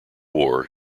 war